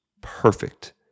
perfect